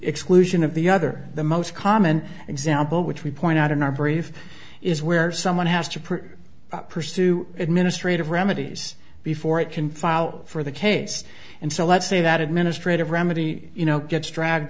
exclusion of the other the most common example which we point out in our brief is where someone has to prove pursue administrative remedies before it can file for the case and so let's say that administrative remedy you know gets dragged